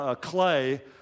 clay